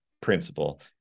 principle